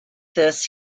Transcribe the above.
this